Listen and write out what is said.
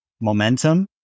momentum